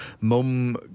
Mum